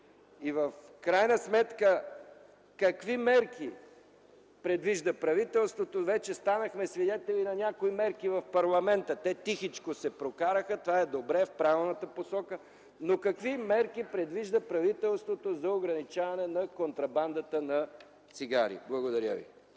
В крайна сметка какви мерки предвижда правителството? Вече станахме свидетели на някои мерки в парламента – те тихичко се прокараха, това е добре, в правилната посока. Но: какви мерки предвижда правителството за ограничаване на контрабандата на цигари? Благодаря ви.